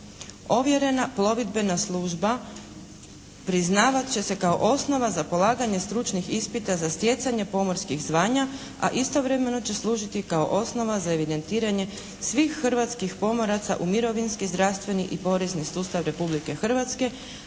Ovjerena plovidbena služba priznavat će se kao osnova za polaganje stručnih ispita za stjecanje pomorskih zvanja a istovremeno će služiti i kao osnova za evidentiranje svih hrvatskih pomoraca u mirovinski, zdravstveni i porezni sustav Republike Hrvatske,